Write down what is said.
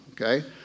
okay